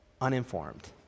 Uninformed